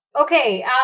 Okay